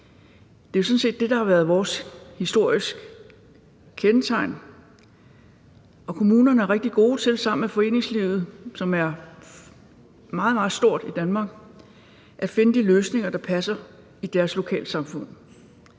Det er jo sådan set det, der har været vores historiske kendetegn, og kommunerne er rigtig gode til sammen med foreningslivet, som er meget, meget stort i Danmark, at finde de løsninger, der passer i deres lokalsamfund.